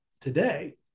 today